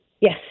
Yes